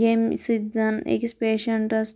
ییٚمہِ سۭتۍ زَن أکِس پیشَنٹَس